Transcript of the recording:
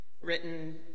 written